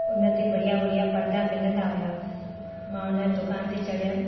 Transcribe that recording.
उन ते बढ़िया बढ़िया परदा मिलंदा हुआ मां उन दुकान ते चढ़ियमि